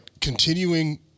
continuing